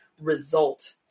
result